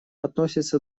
относится